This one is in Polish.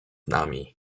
nami